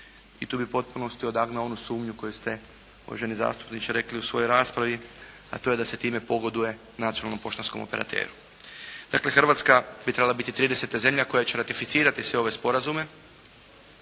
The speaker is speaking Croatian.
i tu bi u potpunosti odagnao onu sumnju koju ste, uvaženi zastupniče rekli u svojoj raspravi, a to je da se time pogoduje nacionalnom poštanskom operateru. Dakle, Hrvatska bi trebala biti trideseta zemlja koja će ratificirati sve ove sporazume